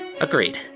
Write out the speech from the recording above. Agreed